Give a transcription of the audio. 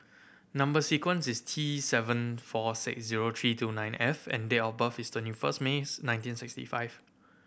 number sequence is T seven four six zero three two nine F and date of birth is twenty first May's nineteen sixty five